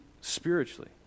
spiritually